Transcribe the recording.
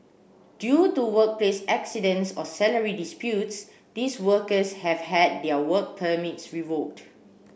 due to workplace accidents or salary disputes these workers have had their work permits revoked